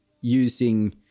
using